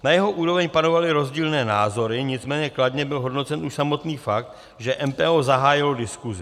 Na jeho úroveň panovaly rozdílné názory, nicméně kladně byl hodnocen už samotný fakt, že MPO zahájilo diskusi.